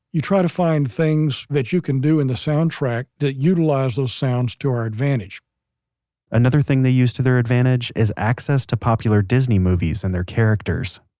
you try to find things that you can do in the soundtrack that utilize those sounds to our advantage another thing they use to their advantage is access to popular disney movies and their characters